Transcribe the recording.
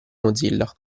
mozilla